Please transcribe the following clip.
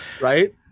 Right